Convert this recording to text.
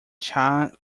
cha